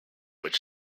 which